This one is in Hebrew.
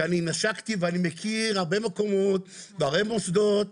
אני מכיר הרבה מקומות ומוסדות,